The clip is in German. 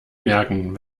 merken